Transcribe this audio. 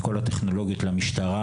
את כל הטכנולוגיות למשטרה,